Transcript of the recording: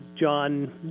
John